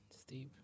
steve